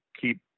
keep